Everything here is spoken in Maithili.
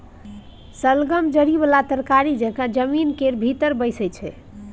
शलगम जरि बला तरकारी जकाँ जमीन केर भीतर बैसै छै